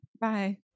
Bye